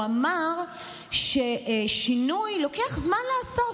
הוא אמר ששינוי לוקח זמן לעשות.